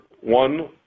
one